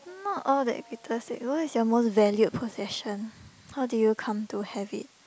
not all the what is your most valued possession how did you come to have it